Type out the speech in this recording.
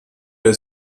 der